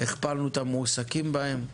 והכפלנו את המועסקים בהם.